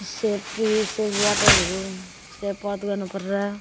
save tree save वाटरहरू save earth गर्नु पर्छ